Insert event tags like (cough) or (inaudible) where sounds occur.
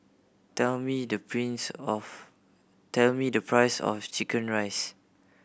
tell me the (unintelligible) of tell me the price of chicken rice